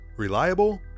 Reliable